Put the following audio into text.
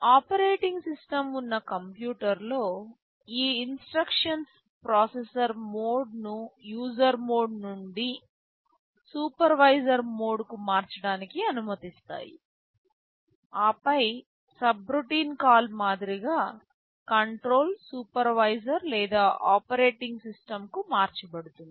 operating system ఉన్న కంప్యూటర్లో ఈ ఇన్స్ట్రక్షన్స్ ప్రాసెసర్ మోడ్ను యూజర్ మోడ్ నుండి సూపర్వైజర్ మోడ్కు మార్చడానికి అనుమతిస్తాయి ఆపై సబ్రొటీన్ కాల్ మాదిరిగా కంట్రోల్ సూపర్వైజర్ లేదా ఆపరేటింగ్ సిస్టమ్కు మార్చబడుతుంది